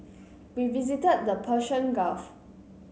we visited the Persian Gulf